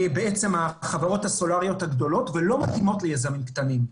החברות הסולריות הגדולות ולא מתאימות ליזמים הקטנים.